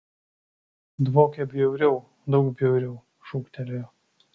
dvokia bjauriau daug bjauriau šūktelėjo